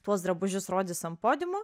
tuos drabužius rodys ant podiumo